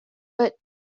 but